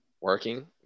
working